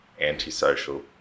antisocial